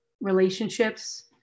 relationships